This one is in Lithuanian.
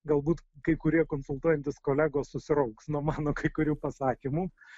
galbūt kai kurie konsultuojantys kolegos susirauks nuo mano kai kurių pasakymų a